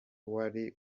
wari